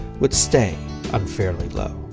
would stay unfairly low.